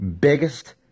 biggest